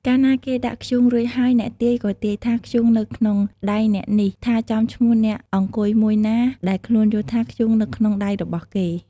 កាលណាគេដាក់ធ្យូងរួចហើយ អ្នកទាយ ក៏ទាយថា ធ្យូងនៅក្នុងដៃអ្នកនេះ ថាចំឈ្មោះអ្នកអង្គុយមួយណា ដែលខ្លួនយល់ថាធ្យូងនៅក្នុងដៃរបស់គេ។